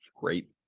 great